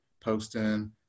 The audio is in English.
posting